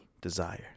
desire